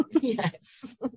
yes